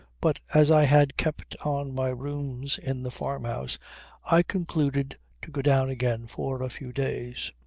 but as i had kept on my rooms in the farmhouse i concluded to go down again for a few days.